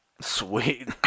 sweet